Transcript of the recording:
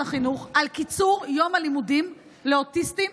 החינוך על קיצור יום הלימודים לאוטיסטים.